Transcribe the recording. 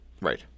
Right